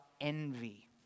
envy